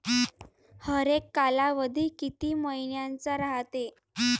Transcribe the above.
हरेक कालावधी किती मइन्याचा रायते?